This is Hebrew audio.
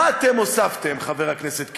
מה אתם הוספתם, חבר הכנסת קיש?